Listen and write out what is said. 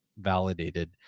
validated